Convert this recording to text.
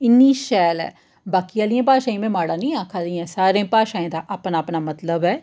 इन्नी शैल ऐ बाकी आह्ली भाशाएं गी मी माड़ा निं आखै दी आं सारी भाशाएं दा अपना अपना मतलब ऐ